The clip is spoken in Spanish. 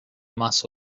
más